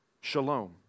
Shalom